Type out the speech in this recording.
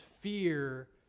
fear